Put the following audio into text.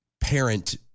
parent